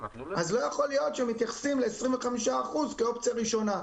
אז לא יכול להיות שמתייחסים ל-25% כאופציה ראשונה.